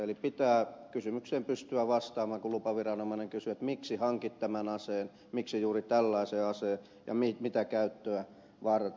eli pitää kysymykseen pystyä vastaamaan kun lupaviranomainen kysyy miksi hankit tämän aseen miksi juuri tällaisen aseen ja mitä käyttöä varten